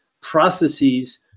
processes